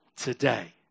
today